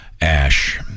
Ash